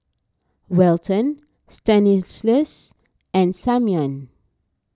Welton Stanislaus and Simeon